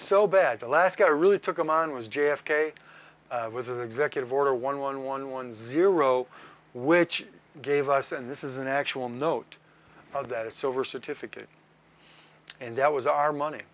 so bad the last guy really took them on was j f k was an executive order one one one one zero which gave us and this is an actual note of that it's over certificate and that was our money